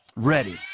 ready,